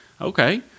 okay